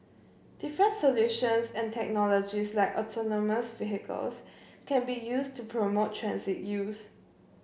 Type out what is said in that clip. different solutions and technologies like autonomous vehicles can be used to promote transit use